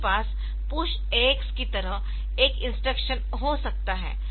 आपके पास Push AX की तरह एक इंस्ट्रक्शन हो सकता है